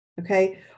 Okay